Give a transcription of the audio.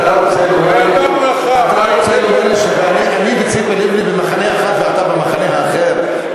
אתה רוצה להגיד שאני וציפי לבני במחנה אחד ואתה במחנה האחר?